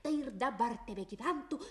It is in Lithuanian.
tai ir dabar tebegyventų